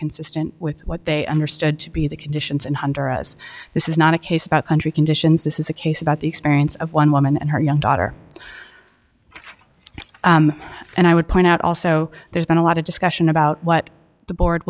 consistent with what they understood to be the conditions in honduras this is not a case about country conditions this is a case about the experience of one woman and her young daughter and i would point out also there's been a lot of discussion about what the board